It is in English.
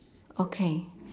okay